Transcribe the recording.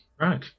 right